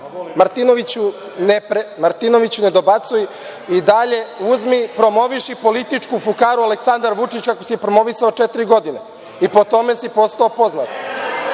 tema?)Martinoviću, ne dobacuj, i dalje uzmi i promoviši političku fukaru Aleksandar Vučić ako si je promovisao četiri godine i po tome si postao poznat.